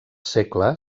segle